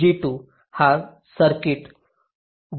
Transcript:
G2 हा circuit जो हा जोडला गेला आहे